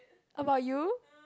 about you